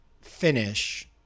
finish